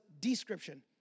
description